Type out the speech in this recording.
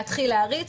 להתחיל להריץ,